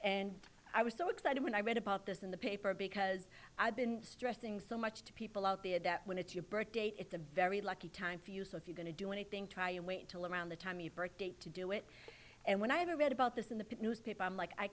and i was so excited when i read about this in the paper because i've been stressing so much to people out there that when it's your birthday it's a very lucky time for you so if you're going to do anything try and wait till around the time your birth date to do it and when i read about this in the newspaper i'm like i